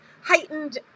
heightened